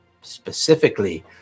specifically